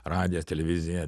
radijas televizija